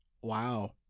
wow